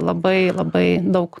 labai labai daug